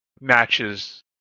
matches